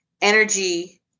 Energy